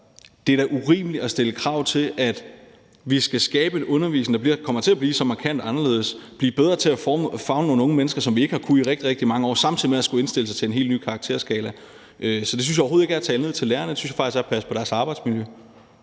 det er da urimeligt at stille krav til, at de skal skabe en undervisning, der kommer til at blive så markant anderledes, og blive bedre til at favne nogle unge mennesker, som man ikke har kunnet i rigtig, rigtig mange år, samtidig med at skulle indstille sig på en helt ny karakterskala. Så det synes jeg overhovedet ikke er at tale ned til lærerne – jeg synes faktisk, det er at passe på deres arbejdsmiljø.